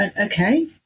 Okay